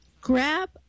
Grab